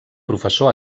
professor